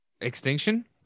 Extinction